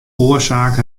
oarsaak